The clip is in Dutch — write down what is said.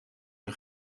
een